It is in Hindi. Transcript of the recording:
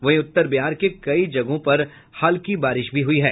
वहीं उत्तर बिहार के कई जगहों पर हल्की बारिश भी हुई है